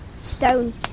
stone